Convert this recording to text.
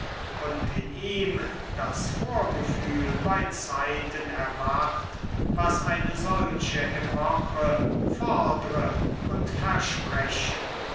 und in ihm das vorgefühl bei zeiten erwacht was eine solche epoche fordre und verspreche